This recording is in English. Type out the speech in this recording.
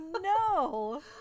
no